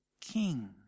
king